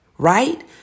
Right